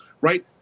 right